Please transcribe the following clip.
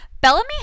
Bellamy